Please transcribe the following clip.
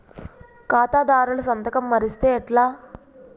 ఖాతాదారుల సంతకం మరిస్తే ఎట్లా?